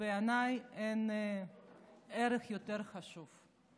בעיניי אין ערך יותר חשוב.